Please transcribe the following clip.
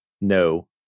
no